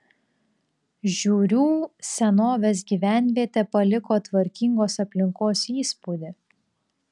žiūrių senovės gyvenvietė paliko tvarkingos aplinkos įspūdį